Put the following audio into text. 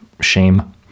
Shame